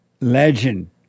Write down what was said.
Legend